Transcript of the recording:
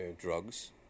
drugs